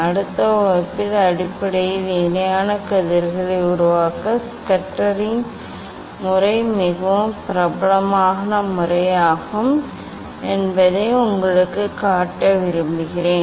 அடுத்த வகுப்பில் அடிப்படையில் இணையான கதிர்களை உருவாக்க ஸ்கஸ்டரின் முறை மிகவும் பிரபலமான முறையாகும் என்பதை நான் உங்களுக்குக் காட்ட விரும்புகிறேன்